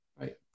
right